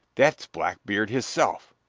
that's blackbeard his-self.